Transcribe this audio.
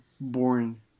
born